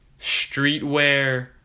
streetwear